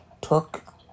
took